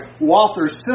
Walter's